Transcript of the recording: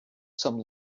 some